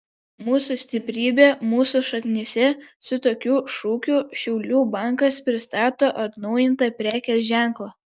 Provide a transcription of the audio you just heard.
mūsų stiprybė mūsų šaknyse su tokiu šūkiu šiaulių bankas pristato atnaujintą prekės ženklą